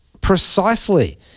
precisely